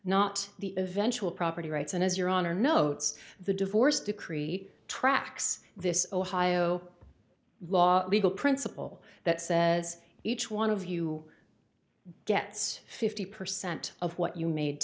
not the eventual property rights and as your honor notes the divorce decree tracks this ohio law legal principle that says each one of you gets fifty percent of what you made